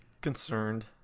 Concerned